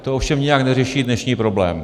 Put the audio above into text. To ovšem nijak neřeší dnešní problém.